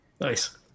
Nice